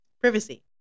Privacy